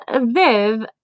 Viv